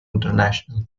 international